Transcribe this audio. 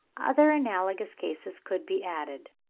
other analogous cases could be added.